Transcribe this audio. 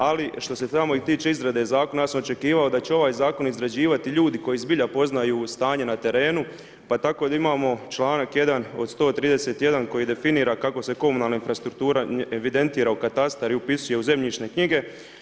Ali što se tiče izrade zakona, ja sam očekivao da će ovaj zakon izrađivati ljudi koji zbilja poznaju stanje na terenu, pa tako imamo članak 1. od 131. koji definira kako se komunalna infrastruktura evidentira u katastar i upisuje u zemljišne knjige.